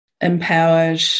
empowered